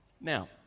Now